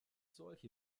solche